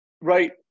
right